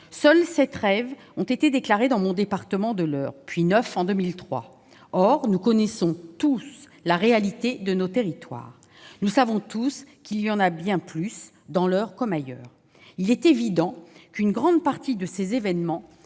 seules sept raves ont été déclarées dans mon département de l'Eure, puis neuf en 2003. Or nous connaissons tous la réalité dans nos territoires : nous savons tous qu'il y en a bien plus, dans l'Eure comme ailleurs. Il est évident qu'une grande partie de ces événements